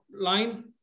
line